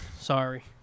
Sorry